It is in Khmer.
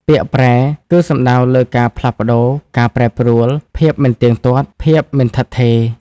ពាក្យ "ប្រែ" គឺសំដៅលើការផ្លាស់ប្តូរ ការប្រែប្រួល ភាពមិនទៀងទាត់ ភាពមិនឋិតថេរ។